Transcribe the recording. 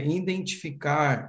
identificar